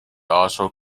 also